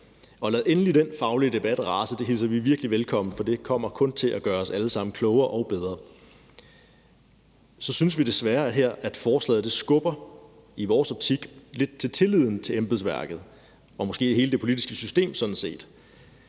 Og lad endelig den faglige debat rase, det hilser vi virkelig velkommen, for det kommer kun til at gøre os alle sammen klogere og bedre. Så synes vi desværre her, at forslaget i vores optik skubber lidt til tilliden til embedsværket og måske til hele det politiske system sådan set.